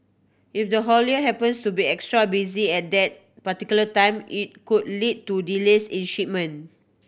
if the haulier happens to be extra busy at that particular time it could lead to delays in shipment